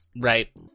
right